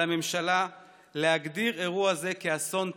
על הממשלה להגדיר אירוע זה כאסון טבע,